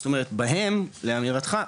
זאת אומרת בהם לאמירתך,